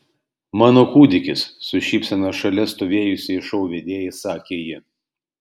mano kūdikis su šypsena šalia stovėjusiai šou vedėjai sakė ji